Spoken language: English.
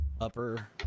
upper